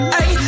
Hey